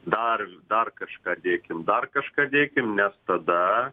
dar dar kažką dėkim dar kažką dėkim nes tada